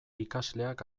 ikasleak